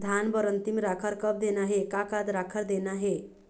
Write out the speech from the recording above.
धान बर अन्तिम राखर कब देना हे, का का राखर देना हे?